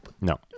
No